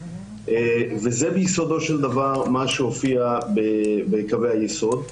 וזה ביסודו של דבר מה שהופיע בקווי היסוד.